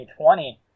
2020